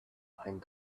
behind